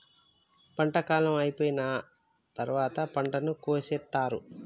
పంట కాలం అయిపోయిన తరువాత పంటను కోసేత్తారు